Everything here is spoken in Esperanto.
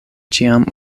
ĉiam